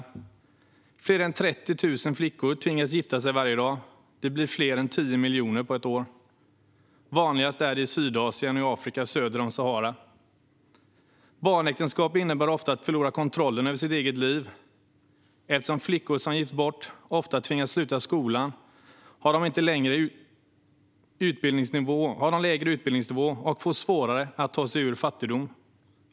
Varje dag tvingas fler än 30 000 flickor att gifta sig. Det blir fler än 10 miljoner på ett år. Vanligast är det i Sydasien och i Afrika söder om Sahara. Barnäktenskap innebär ofta att förlora kontrollen över sitt eget liv. Eftersom flickor som gifts bort ofta tvingas sluta skolan har de lägre utbildningsnivå och får svårare att ta sig ur fattigdom.